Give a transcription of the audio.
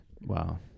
Wow